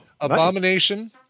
Abomination